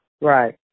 Right